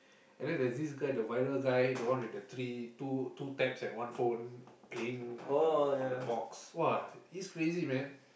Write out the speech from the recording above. and then there's this guy the viral guy the one with the three two two tabs and one phone playing on the on the box !wah! he's crazy man